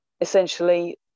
essentially